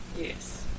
yes